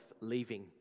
leaving